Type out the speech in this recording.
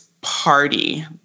party